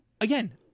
Again